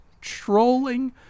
trolling